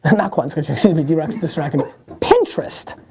and not kwan's kitchen. excuse me, drock's distracting me. pinterest.